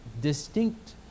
Distinct